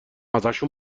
ازشون